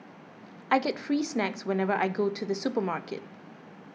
I get free snacks whenever I go to the supermarket